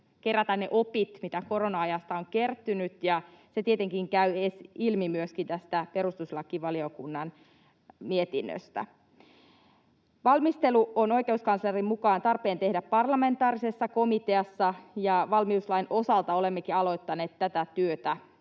kerätä ne opit, mitä korona-ajasta on kertynyt, ja se tietenkin käy ilmi myöskin tästä perustuslakivaliokunnan mietinnöstä. Valmistelu on oikeuskanslerin mukaan tarpeen tehdä parlamentaarisessa komiteassa, ja valmiuslain osalta nyt olemmekin pian jo aloittaneet tätä työtä.